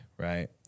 Right